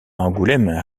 angoulême